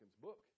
book